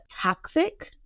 toxic